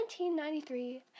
1993